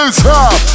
top